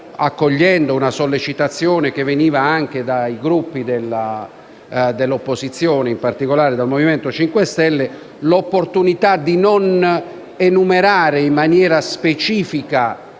accogliendo una sollecitazione proveniente anche dai Gruppi dell'opposizione (e in particolare dal Movimento 5 Stelle), avevamo ritenuto opportuno non enumerare in maniera specifica